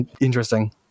interesting